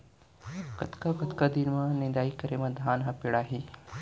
कतका कतका दिन म निदाई करे म धान ह पेड़ाही?